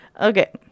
Okay